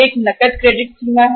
एक नकद क्रेडिट सीमा है